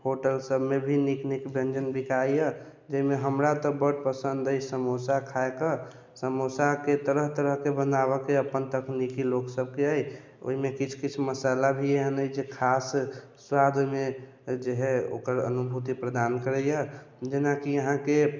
hotel सबमे भी निक निक व्यञ्जन बिकाइया जाहिमे हमरा तऽ बड पसन्द अछि समोसा खाइके समोसाके तरह तरहके बनाबैके अपन तकनीकी लोकसबके अछि ओहिमे किछु किछु मशाला भी एहन अछि जे खास स्वाद ओहिमे जे हइ ओकर अनुभूती प्रदान करैया जेनाकि अहाँकेँ